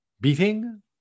beating